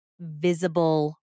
visible